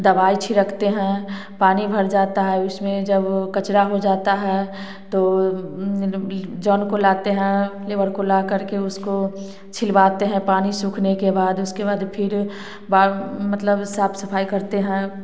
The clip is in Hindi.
दवाई छिड़कते हैं पानी भर जाता हैं उसमें जब कचड़ा हो जाता है तो जिस को लाते हैं लेबर को लाकर के उसमें छिलवाते हैं पानी सूखने के बाद उसके बाद फिर मतलब साफ सफाई करते हैं